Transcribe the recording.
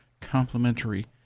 complementary